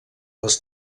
les